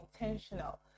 intentional